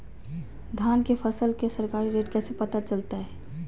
धान के फसल के सरकारी रेट कैसे पता चलताय?